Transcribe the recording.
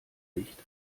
nicht